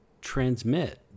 transmit